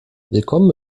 willkommen